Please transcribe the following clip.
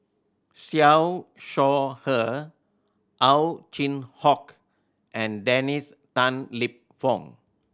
Siew Shaw Her Ow Chin Hock and Dennis Tan Lip Fong